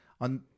on